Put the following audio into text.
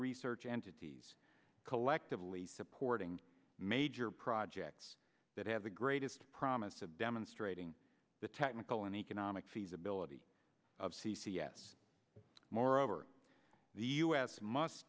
research entities collectively supporting major projects that have the greatest promise of demonstrating the technical and economic feasibility of c c s moreover the us must